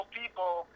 people